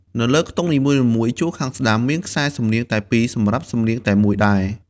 នៅលើខ្ទង់នីមួយៗ ជួរខាងស្ដាំ មានខ្សែសំនៀងតែ២សំរាប់សំនៀងតែមួយដែរ។